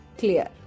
clear